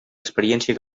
experiència